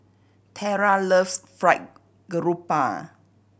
Tera loves Fried Garoupa